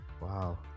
Wow